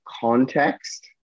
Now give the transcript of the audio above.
context